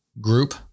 group